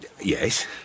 Yes